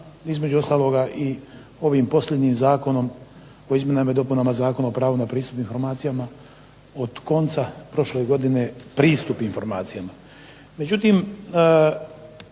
između ostaloga i ovim posljednjim Zakonom o izmjenama i dopunama Zakona o pravu na pristup informacijama od konca prošle godine pristup informacijama. Međutim,